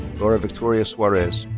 lara victoria suarez.